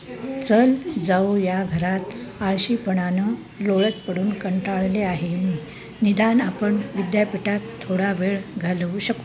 चल जाऊ या घरात आळशीपणानं लोळत पडून कंटाळले आहे मी निदान आपण विद्यापीठात थोडा वेळ घालवू शकू